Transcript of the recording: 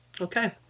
Okay